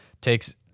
takes